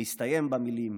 המסתיימת במילים